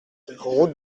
route